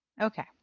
Okay